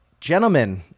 Gentlemen